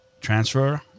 transfer